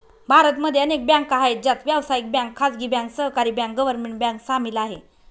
भारत मध्ये अनेक बँका आहे, ज्यात व्यावसायिक बँक, खाजगी बँक, सहकारी बँक, गव्हर्मेंट बँक सामील आहे